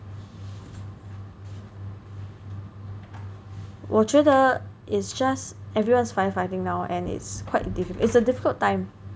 我觉得 it's just everyone's firefighting now and it's quite it's a difficult time